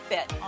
Fit